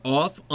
off